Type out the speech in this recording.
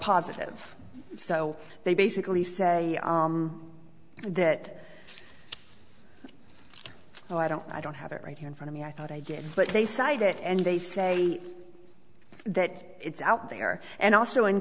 positive so they basically say that oh i don't i don't have it right here in front of me i thought i did but they cite it and they say that it's out there and also in